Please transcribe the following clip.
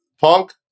Punk